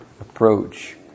approach